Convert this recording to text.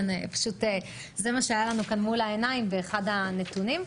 זה פשוט מה שהיה לנו כאן מול העיניים באחד הנתונים.